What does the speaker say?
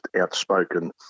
outspoken